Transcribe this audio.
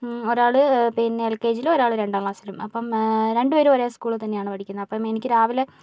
ഒരാൾ പിന്നെ L K ജിയില് ഒരാള് രണ്ടാം ക്ലാസ്സിലും അപ്പോൾ രണ്ടു പേരും ഒരേ സ്കൂളില് തന്നെയാണ് പഠിക്കുന്നത് അപ്പോൾ എനിക്ക് രാവിലെ